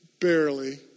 barely